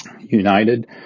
United